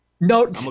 No